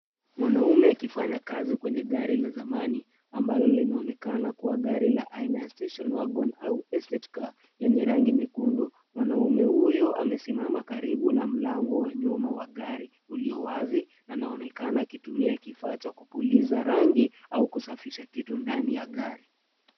Mwanaume akifanya kazi kwenye gari la zamani ambalo linaonekana kuwa gari la station wagon ama estate car lenye rangi nyekundu. Mwanaume huyo amesimama karibu na mlango wa nyuma wa gari ulio wazi, anaonekana akitumia kifaa cha kupuliza rangi au kusafisha kitu ndani ya gari.